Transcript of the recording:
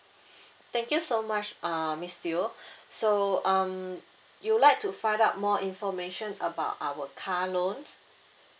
thank you so much uh miss teoh so um you like to find out more information about our car loans